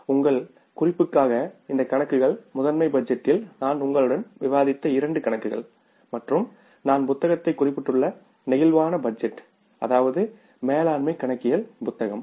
உங்கள் குறிப்புக்காக இந்த கணக்குகள் மாஸ்டர் பட்ஜெட்டில் நான் உங்களுடன் விவாதித்த இரண்டு கணக்குகள் மற்றும் நான் புத்தகத்தை குறிப்பிட்டுள்ள பிளேக்சிபிள் பட்ஜெட் அதாவது மேலாண்மை கணக்கியல் புத்தகம்